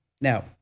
Now